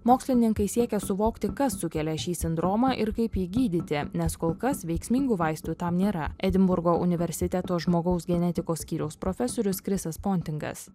mokslininkai siekia suvokti kas sukelia šį sindromą ir kaip jį gydyti nes kol kas veiksmingų vaistų tam nėra edinburgo universiteto žmogaus genetikos skyriaus profesorius krisas pontingas